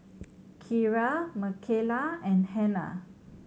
Keira Mikala and Hannah